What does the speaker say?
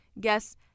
guests